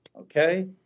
okay